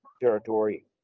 territory